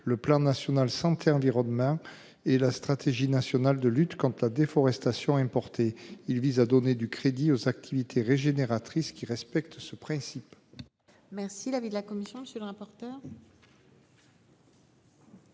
le plan national santé environnement et la stratégie nationale de lutte contre la déforestation importée. Il s'agit de donner du crédit aux activités régénératrices qui respectent ce principe. Quel est l'avis de la commission de l'aménagement